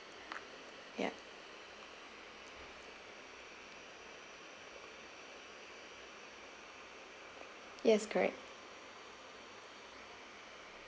yeah yes correct